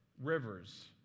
rivers